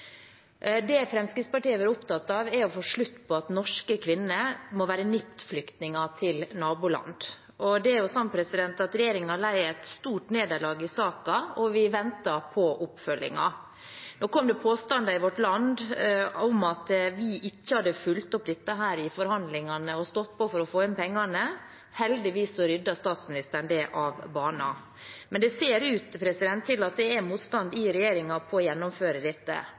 Det Fremskrittspartiet har vært opptatt av, er å få slutt på at norske kvinner må være NIPT-flyktninger til naboland. Regjeringen led et stort nederlag i saken, og vi venter på oppfølgingen. Nå kom det påstander i Vårt Land om at vi ikke hadde fulgt opp dette i forhandlingene og stått på for å få inn pengene. Heldigvis ryddet statsministeren det av banen. Men det ser ut til at det er motstand i regjeringen mot å gjennomføre dette.